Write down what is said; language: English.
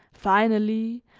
finally,